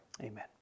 Amen